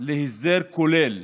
להסדר כולל